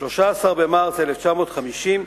13 במרס 1950,